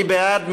מי בעד?